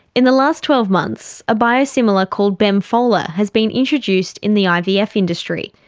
in the last twelve months, a biosimilar called bemfola has been introduced in the ivf the ivf industry.